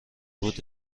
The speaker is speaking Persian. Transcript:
بود